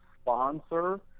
sponsor